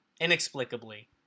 inexplicably